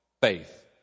faith